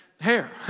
hair